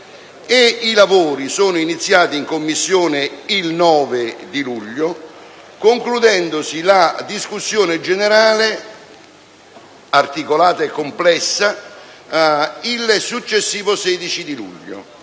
I lavori sono iniziati in Commissione il 9 luglio, concludendosi la discussione generale, articolata e complessa, il successivo 16 luglio.